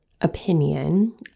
opinion